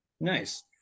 nice